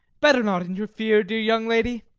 better not interfere, dear young lady.